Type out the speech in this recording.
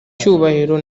cyubahiro